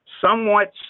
Somewhat